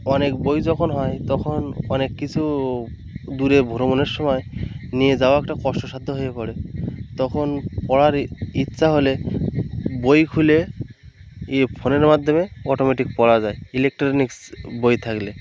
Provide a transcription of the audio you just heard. অনেক বই যখন হয় তখন অনেক কিছু দূরে ভ্রমণের সময় নিয়ে যাওয়া একটা কষ্টসাধ্য হয়ে পড়ে তখন পড়ার ই ইচ্ছা হলে বই খুলে ইয়ে ফোনের মাধ্যমে অটোমেটিক পড়া যায় ইলেকট্রনিক বই থাকলে